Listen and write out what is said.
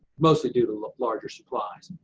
mostly due to larger supplies.